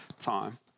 time